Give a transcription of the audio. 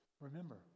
Remember